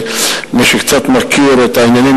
מי שקצת מכיר את העניינים,